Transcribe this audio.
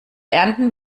ernten